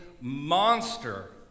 monster